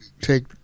take